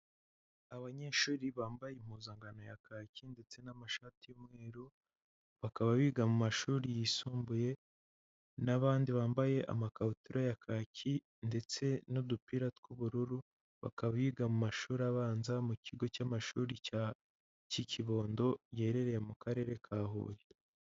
Abanyeshuri bambaye impuzankano ya kaki, ndetse n'amashati y'umweru, bakaba biga mu mashuri yisumbuye, n'abandi bambaye amakabutura ya kaki, ndetse n'udupira tw'ubururu, bakaba biga mu mashuri abanza, mu kigo cy'amashuri cy'i Kibondo, giherereye mu karere ka Huye.